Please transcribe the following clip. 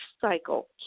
cycle